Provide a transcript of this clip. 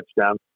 touchdown